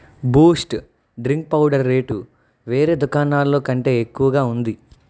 Boost drink powder rate వేరే దుకాణాల్లో కంటే ఎక్కువగా ఉంది